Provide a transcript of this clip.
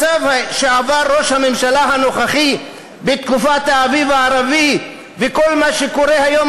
שעבר ראש הממשלה הנוכחי בתקופת האביב הערבי וכל מה שקורה היום,